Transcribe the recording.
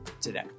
today